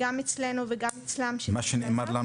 גם אצלנו וגם אצלם -- מה שנאמר לנו